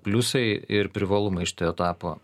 pliusai ir privalumai šito etapo